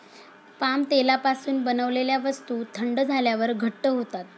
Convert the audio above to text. palm तेलापासून बनवलेल्या वस्तू थंड झाल्यावर घट्ट होतात